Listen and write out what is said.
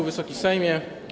Wysoki Sejmie!